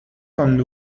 con